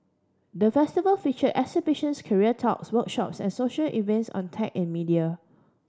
the Festival feature exhibitions career talks workshops and social events on tech and media